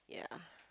yeah